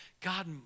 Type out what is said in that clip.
God